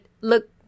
look